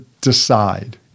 decide